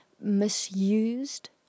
misused